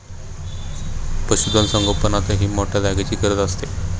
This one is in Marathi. पशुधन संगोपनातही मोठ्या जागेची गरज आहे